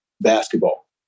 basketball